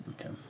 Okay